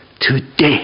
today